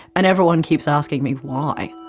and everyone keeps asking me why.